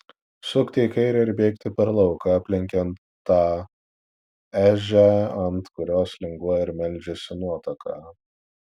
sukti į kairę ir bėgti per lauką aplenkiant tą ežią ant kurios linguoja ir meldžiasi nuotaka